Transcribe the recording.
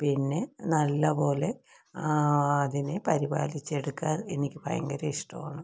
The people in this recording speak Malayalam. പിന്നെ നല്ലപോലെ ആ അതിനെ പരിപാലിച്ചെടുക്കാൻ എനിക്ക് ഭയങ്കര ഇഷ്ടം ആണ്